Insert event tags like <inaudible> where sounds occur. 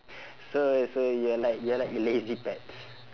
<breath> so so you're like you're like a lazy pets